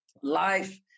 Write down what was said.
life